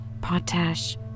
potash